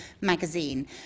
magazine